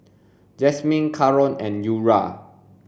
Jasmin Karon and Eura